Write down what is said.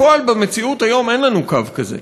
בפועל, במציאות היום, אין לנו קו כזה.